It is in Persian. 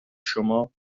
شما